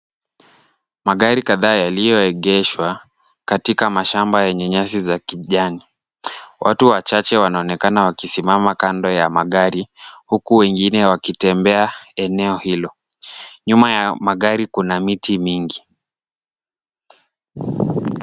Magari kadha yaliyoegeshwa katika mashamba yenye nyasi za kijani, watu wachache wanaonekana wakisimama kando ya magari, huku wengine wakitembea eneo hilo, nyuma ya magari kuna miti mingi.